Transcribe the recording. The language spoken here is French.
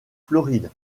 floride